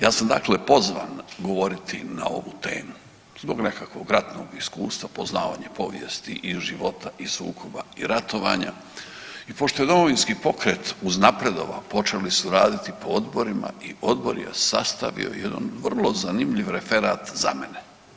Ja sam dakle pozvan govoriti na ovu temu zbog nekakvog ratnog iskustva poznavanje povijesti i života i sukoba i ratovanja i pošto je Domovinski pokret uznapredovao, počeli su raditi po odborima i odbor je sastavio i onaj vrlo zanimljiv referat za mene.